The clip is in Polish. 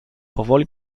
powoli